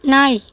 நாய்